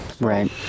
Right